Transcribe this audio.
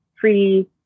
free